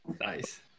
nice